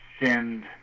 send